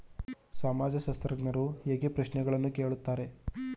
ಸಮಾಜಶಾಸ್ತ್ರಜ್ಞರು ಹೇಗೆ ಪ್ರಶ್ನೆಗಳನ್ನು ಕೇಳುತ್ತಾರೆ?